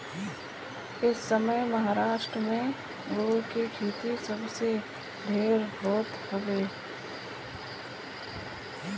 एसमय महाराष्ट्र में अंगूर के खेती सबसे ढेर होत हवे